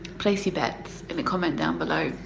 place your bets in the comment down below.